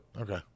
Okay